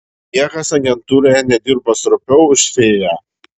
niekas agentūroje nedirbo stropiau už fėją